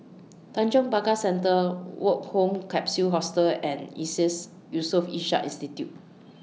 Tanjong Pagar Centre Woke Home Capsule Hostel and ISEAS Yusof Ishak Institute